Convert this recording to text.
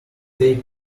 tape